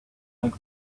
like